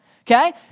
okay